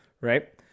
right